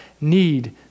need